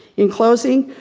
in closing,